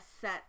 set